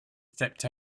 stepped